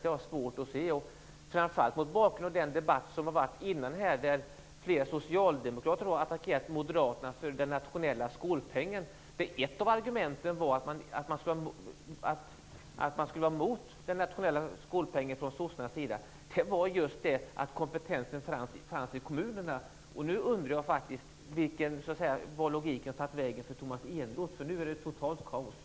Det har jag svårt att se, framför allt mot bakgrund av den debatt som har förts före den här debatten, där flera socialdemokrater har attackerat Moderaterna för den nationella skolpengen. Ett av argumenten från Socialdemokraterna mot den nationella skolpengen var just att kompetensen fanns i kommunerna. Nu undrar jag faktiskt vart Tomas Eneroths logik har tagit vägen, eftersom det nu är totalt kaos.